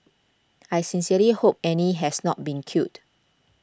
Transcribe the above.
I sincerely hope Annie has not been killed